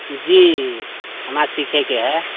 जी हमरा सीखैके हय